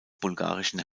bulgarischen